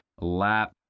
lap